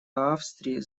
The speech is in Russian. австрии